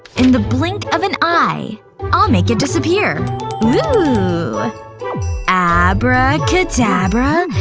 in the blink of an eye i'll make it disappear whoo abracadabra